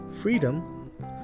freedom